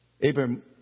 Abraham